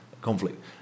conflict